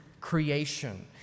creation